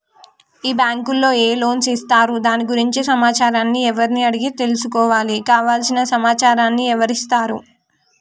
ఈ బ్యాంకులో ఏ లోన్స్ ఇస్తారు దాని గురించి సమాచారాన్ని ఎవరిని అడిగి తెలుసుకోవాలి? కావలసిన సమాచారాన్ని ఎవరిస్తారు?